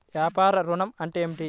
వ్యాపార ఋణం అంటే ఏమిటి?